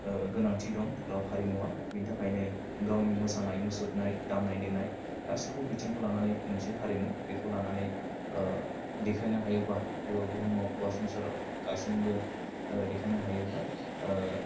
गोनांथि दं राव हारिमुवा बिनि थाखायनो गावनि मोसानाय मुसुरनाय दामनाय देनाय गासैखौबो बिथिंखौ लानानै मोनसे हारिमु बेखौ लानानै देखायनो हायोबाबो बुहुमाव बा संसाराव गासिनिबो देखायनो हायोब्ला